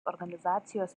organizacijos